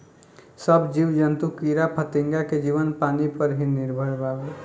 सब जीव जंतु कीड़ा फतिंगा के जीवन पानी पर ही निर्भर बावे